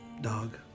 dog